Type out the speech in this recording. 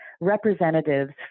representatives